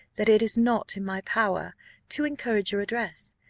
that it is not in my power to encourage your addresses.